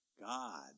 God